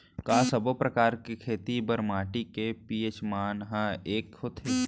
का सब्बो प्रकार के खेती बर माटी के पी.एच मान ह एकै होथे?